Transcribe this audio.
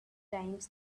times